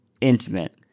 intimate